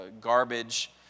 garbage